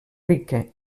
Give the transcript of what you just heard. rica